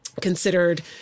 considered